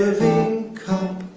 the living cup,